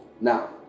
Now